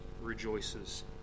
rejoices